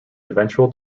eventual